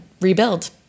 rebuild